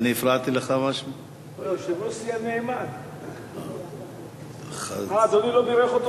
הוא יושב-ראש סיעה חדש, אדוני לא בירך אותו